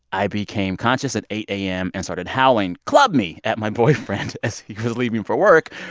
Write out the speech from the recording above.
i became conscious at eight a m. and started howling, club me, at my boyfriend as he was leaving for work.